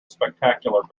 spectacular